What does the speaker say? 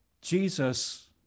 Jesus